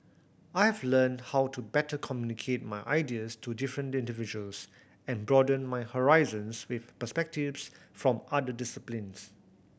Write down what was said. I've learnt how to better communicate my ideas to different individuals and broaden my horizons with perspectives from other disciplines